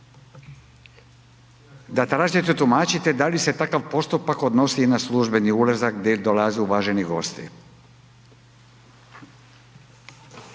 Da tražite tumačite da li se takav postupak odnosi na i na službeni ulazak gdje dolaze uvaženi gosti